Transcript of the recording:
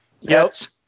Yes